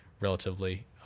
relatively